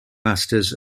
masters